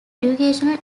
educational